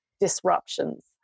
disruptions